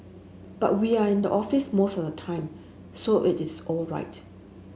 but we are in the office most of time so it is all right